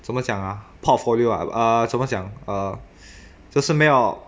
怎么讲 ah portfolio ah uh 怎么讲 uh 就是没有